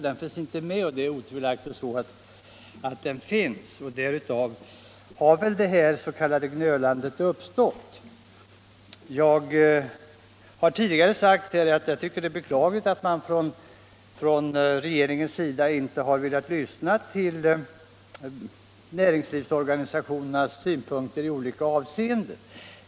Den finns inte med men minussidan existerar otvivelaktigt, och därför har väl detta s.k. gnölande uppstått. Jag har tidigare sagt att jag tycker det är beklagligt att man från regeringens sida inte har velat lyssna till näringslivsorganisationernas synpunkter i olika avseenden.